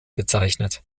bezeichnet